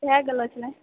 इएहा गलो छलय